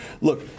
Look